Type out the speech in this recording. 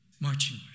marching